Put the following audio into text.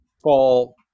fall